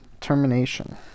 termination